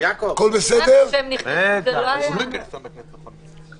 אני רק רוצה להגיד שמלכיאלי היה בעד.